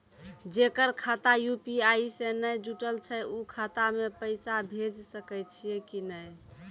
जेकर खाता यु.पी.आई से नैय जुटल छै उ खाता मे पैसा भेज सकै छियै कि नै?